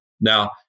Now